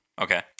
Okay